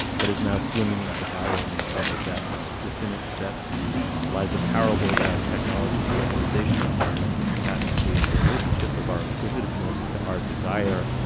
but is now swimming in beguiling and subtle depths. within its depths lies a parable about technology, globalization, environmental catastrophe and the relationship of our acquisitiveness to desire.